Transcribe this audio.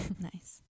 Nice